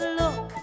look